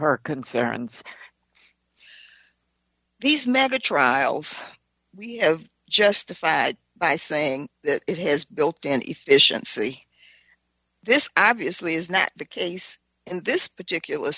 her concerns these mega trials we have justified by saying it has built and efficiency this obviously is not the case in this particular